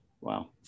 Wow